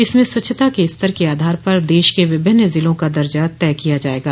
इसमें स्वच्छता के स्तर के आधार पर देश के विभिन्न जिलों का दर्जा तय किया जायेगा